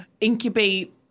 incubate